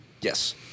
Yes